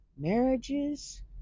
marriages